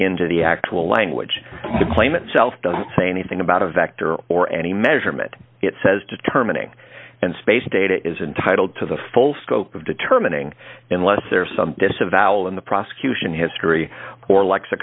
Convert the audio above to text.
into the actual language the claim itself doesn't say anything about a vector or any measurement it says determining and space data is entitled to the full scope of determining unless there is some disavowal in the prosecution history or l